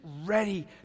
ready